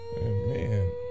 Man